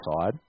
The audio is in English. side